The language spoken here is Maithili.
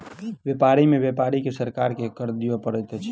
व्यापार में व्यापारी के सरकार के कर दिअ पड़ैत अछि